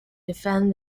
defend